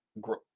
growth